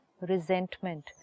resentment